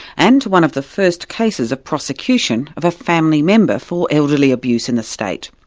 and to one of the first cases of prosecution of a family member for elderly abuse in the state.